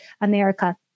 America